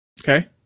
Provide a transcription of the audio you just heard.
Okay